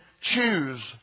choose